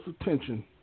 attention